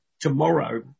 tomorrow